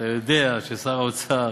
אתה יודע ששר האוצר,